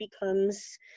becomes